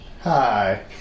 Hi